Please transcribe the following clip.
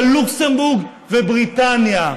לוקסמבורג ובריטניה.